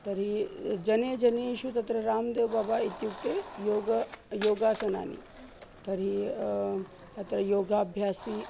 तर्हि जने जनेषु तत्र रामदेवबाबा इत्युक्ते योग योगासनानि तर्हि अत्र योगाभ्यासी